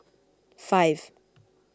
five